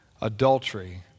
adultery